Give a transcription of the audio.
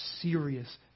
serious